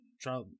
try